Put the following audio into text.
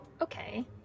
Okay